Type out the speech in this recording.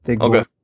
Okay